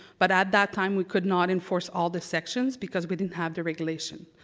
but at that time we could not enforce all the sections because we didn't have the regulation.